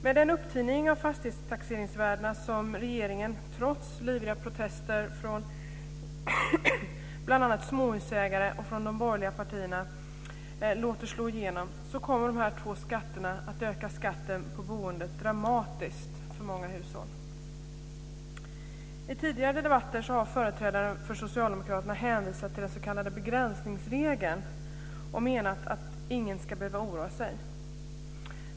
Med den upptining av fastighetstaxeringsvärdena som regeringen trots livliga protester från bl.a. småhusägare och de borgerliga partierna låter slå igenom kommer de här två skatterna att öka skatten på boendet dramatiskt för många hushåll. I tidigare debatter har företrädare för socialdemokraterna hänvisat till den s.k. begränsningsregeln och menat att ingen ska behöva oroa sig.